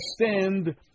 understand